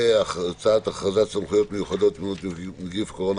והצעת הכרזת סמכויות מיוחדות להתמודדות עם נגיף הקורונה